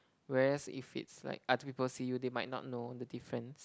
whereas if it's like other people see you they might not know the difference